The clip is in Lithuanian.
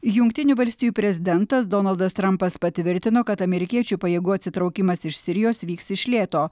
jungtinių valstijų prezidentas donaldas trampas patvirtino kad amerikiečių pajėgų atsitraukimas iš sirijos vyks iš lėto